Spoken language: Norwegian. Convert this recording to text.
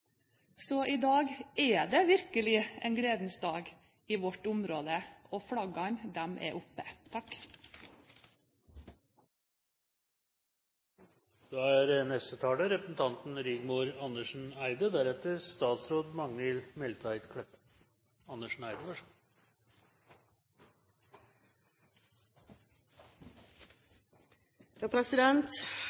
Så i dag er det virkelig en gledens dag i vårt område, og flaggene, de er oppe.